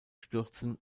stürzen